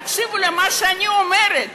תקשיבו למה שאני אומרת.